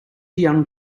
young